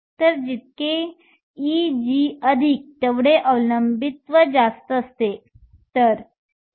तर जितके Eg अधिक तेवढे अवलंबित्व जास्त असते